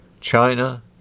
China